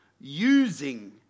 using